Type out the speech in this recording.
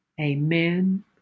Amen